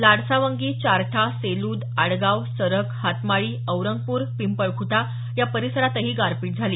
लाडसावंगी चारठा सेलूद आडगाव सरक हातमाळी औरंगपूर पिंपळखुंटा या परिसरात गारपीट झाली